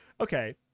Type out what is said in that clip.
Okay